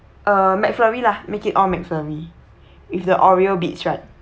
uh mac flurry lah make it all mac flurry with the oreo bits right